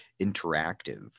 Interactive